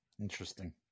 Interesting